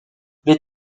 les